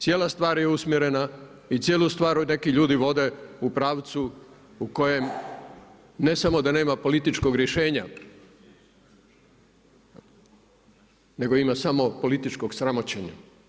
Cijela stvar je usmjerena i cijelu stvar neki ljudi vode u pravcu u kojem ne samo da nema političkog rješenja nego ima samo političkog sramoćenja.